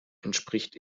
entspricht